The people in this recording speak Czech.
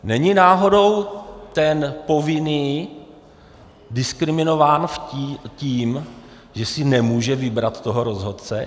Není náhodou ten povinný diskriminován tím, že si nemůže vybrat toho rozhodce?